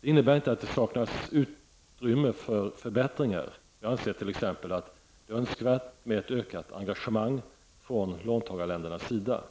Det innebär inte att det saknas utrymme för förbättringar. Jag anser t.ex. att det är önskvärt med ett ökat engagemang från låntagarländernas sida.